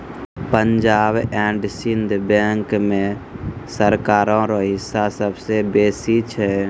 Punjab and Sind bank मे सरकारो रो हिस्सा सबसे बेसी छै